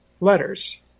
letters